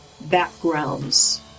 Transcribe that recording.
backgrounds